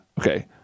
Okay